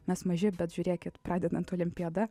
mes maži bet žiūrėkit pradedant olimpiada